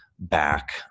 Back